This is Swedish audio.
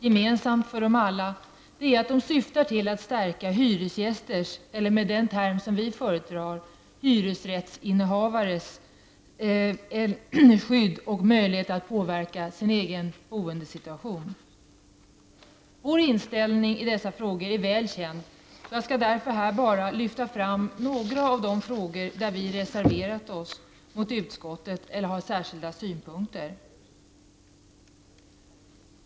Gemensamt för alla förslagen är att de syftar till att stärka hyresgästers eller -- med den term vi föredrar -- hyresrättshavares skydd och möjlighet att påverka sin egen boendesitutation. Vår inställning i dessa frågor är väl känd, och jag skall därför bara lyfta fram några av de punkter på vilka vi reserverat oss mot utskottet eller eljest har särskilda synpunkter.